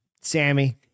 Sammy